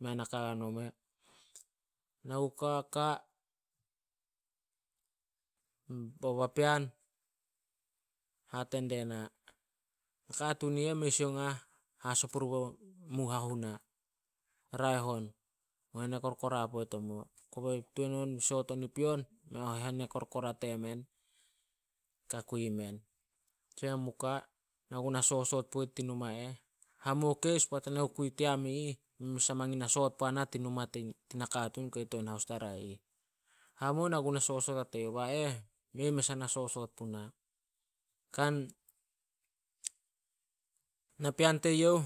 mea naka a nome. Na gu ka- ka, bao papean hate die na, "Nakatuun i eh, mei sioung ah haso purbouh emu o hahuna. Raeh on, mu henekorkora poit amuo." Kobei Tuan on, soot on i pion mea henekorkora temen, ka kui men. Men mu ka, na ku na sosoot poit tin numai eh. Hamuo keis poat ena ku kui team i ih, mei mes ah mangin na soot puana tin numa tin nakatun kei to in haustarai ih. Hamuo na ku na sosoot a teyouh, ba eh, mei mes ah na sosoot puna. Kan napean teyouh,